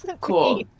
cool